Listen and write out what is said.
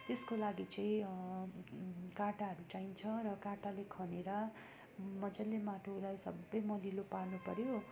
त्यसको लागि चाहिँ काँटाहरू चाहिन्छ र काँटाले खनेर मजाले माटोलाई सबै मलिलो पार्न पर्यो